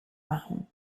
machen